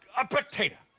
a potato.